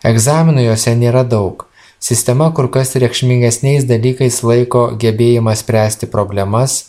egzaminų jose nėra daug sistema kur kas reikšmingesniais dalykais laiko gebėjimą spręsti problemas